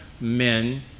men